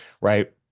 right